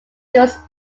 was